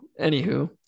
anywho